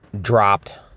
dropped